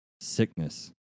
sickness